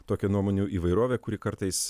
tokią nuomonių įvairovę kuri kartais